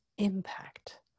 impact